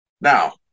Now